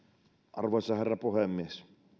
arvoisa herra puhemies